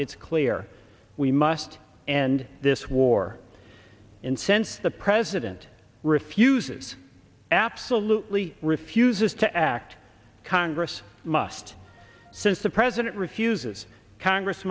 it's clear we must end this war incense the president refuses absolutely refuses to act congress must since the president refuses congress